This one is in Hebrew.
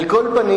על כל פנים,